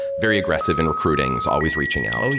very aggressive in recruiting, is always reaching out.